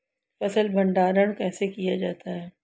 फ़सल भंडारण कैसे किया जाता है?